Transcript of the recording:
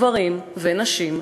גברים ונשים,